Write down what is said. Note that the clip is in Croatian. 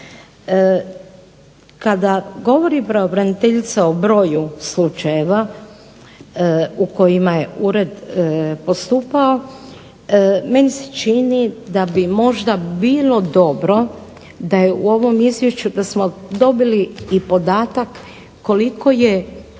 Kada govori pravobraniteljica o broju slučajeva u kojima je ured postupao meni se čini da bi možda bilo dobro da smo u ovom izvješću dobili i podatak koliko je